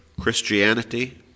Christianity